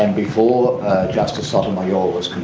and before justice sotomayor was